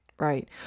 Right